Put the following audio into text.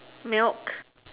milk